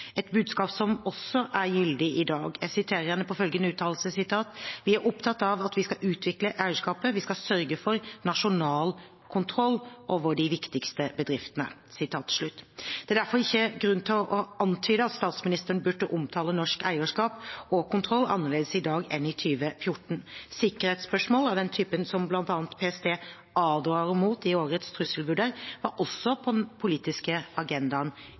et budskap som også er gyldig i dag. Jeg siterer henne på følgende uttalelse: «Vi er opptatt av at vi skal utvikle eierskapet, vi skal sørge for nasjonal kontroll over de viktigste bedriftene.» Det er derfor ikke grunn til å antyde at statsministeren burde omtale norsk eierskap og kontroll annerledes i dag enn i 2014. Sikkerhetsspørsmål av den typen bl.a. PST advarer mot i årets trusselvurdering, var også på den politiske agendaen